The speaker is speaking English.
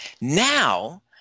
Now